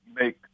make